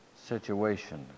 situation